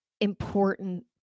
important